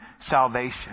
salvation